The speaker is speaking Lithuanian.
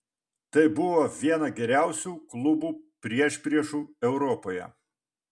tai buvo viena geriausių klubų priešpriešų europoje